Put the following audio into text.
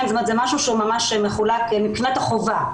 זה משהו שהוא ממש מחולק מבחינת החובה.